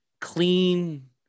clean